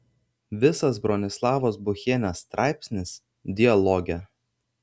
visas bronislavos buchienės straipsnis dialoge